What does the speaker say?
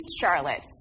Charlotte